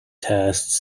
tastes